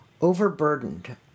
overburdened